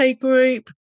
Group